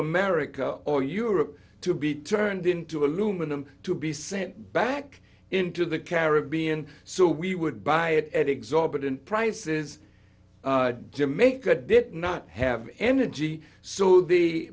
america or europe to be turned into aluminum to be sent back into the caribbean so we would buy it at exorbitant prices jamaica did not have energy so the